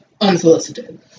unsolicited